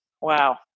Wow